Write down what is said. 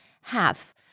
half